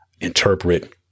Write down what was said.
interpret